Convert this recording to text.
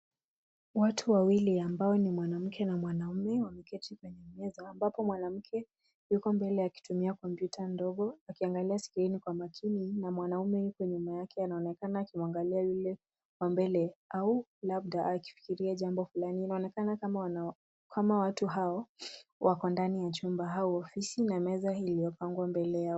Watu wawili ambao ni mwanamke na mwanaume wameketi kwenye meza ambapo mwanamke yuko mbele akitumia kompyuta ndogo akiangalia skrini kwa makini na mwanaume pembeni yake anaonekana akimwangalia yule wa mbele au labda akifikiria jambo fulani. Inaonekana kama watu hao wako ndani ya jumba au ofisi na meza iliyopangwa mbele yao.